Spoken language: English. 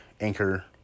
anchor